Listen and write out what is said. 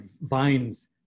vines